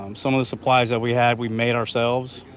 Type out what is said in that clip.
um some of the supplies that we had we made ourselves.